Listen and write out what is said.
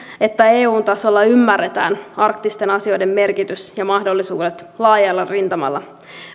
että eun tasolla ymmärretään arktisten asioiden merkitys ja mahdollisuudet laajalla rintamalla